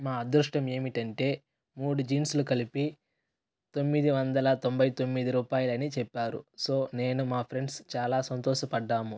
మా అదృష్టం ఏమిటంటే మూడు జీన్సులు కలిపి తొమ్మిది వందల తొంభై తొమ్మిది రూపాయలని చెప్పారు సో నేను మా ఫ్రెండ్స్ చాలా సంతోషపడ్డాము